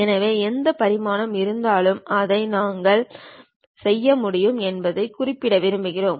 எனவே எந்த பரிமாணமாக இருந்தாலும் அதை நாங்கள் செய்ய முடியும் என்பதைக் குறிப்பிட விரும்புகிறோம்